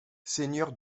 seigneur